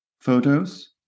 photos